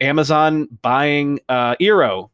amazon buying ah eero.